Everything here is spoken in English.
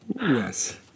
Yes